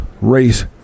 race